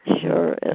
sure